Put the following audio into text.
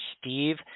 Steve